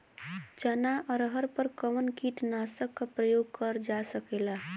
चना अरहर पर कवन कीटनाशक क प्रयोग कर जा सकेला?